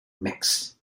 mix